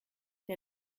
der